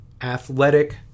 athletic